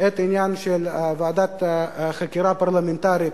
את העניין של ועדת החקירה הפרלמנטרית,